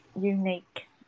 unique